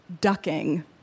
ducking